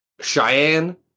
Cheyenne